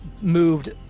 moved